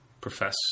profess